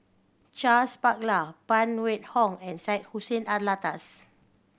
Charles Paglar Phan Wait Hong and Syed Hussein Alatas